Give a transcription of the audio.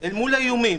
אל מול האיומים,